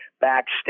backstage